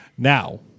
Now